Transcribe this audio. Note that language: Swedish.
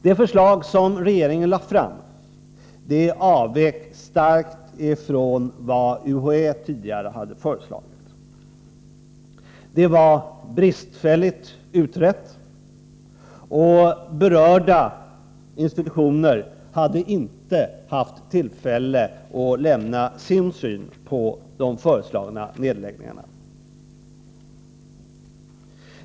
Det förslag som regeringen lade fram avvek starkt från vad UHÄ tidigare hade föreslagit. Det var bristfälligt utrett, och berörda institutioner hade inte haft tillfälle att lämna sin syn på de föreslagna neddragningarna.